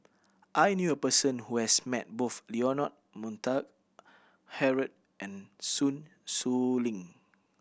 I knew a person who has met both Leonard Montague Harrod and Sun Xueling